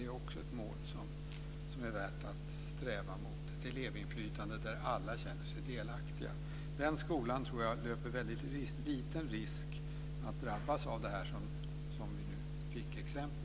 Det är också ett mål som det är värt att sträva mot, ett elevinflytande där alla känner sig delaktiga. Jag tror att den skola som har det löper väldigt liten risk att drabbas av det här som vi nu fick se exempel på.